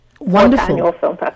wonderful